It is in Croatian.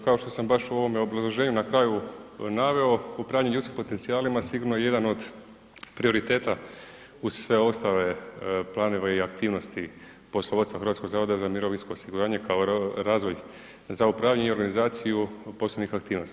Kao što sam baš u ovome obrazloženju na kraju naveo upravljanje ljudskim potencijalima sigurno je jedan od prioriteta uz sve ostale planove i aktivnosti poslovodstva Hrvatskog zavoda za mirovinsko osiguranje kao razvoj za upravljanje i organizaciju poslovnih aktivnosti.